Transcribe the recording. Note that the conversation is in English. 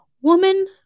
woman